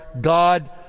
God